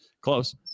close